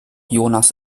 jonas